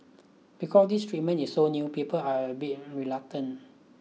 because this treatment is so new people are a bit reluctant